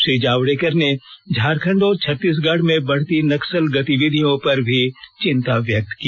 श्री जावडेकर ने झारखण्ड और छत्तीसगढ में बढती नक्सल गतिविधियों पर भी चिंता व्यक्त की